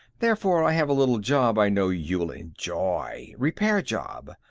therefore i have a little job i know you'll enjoy. repair job.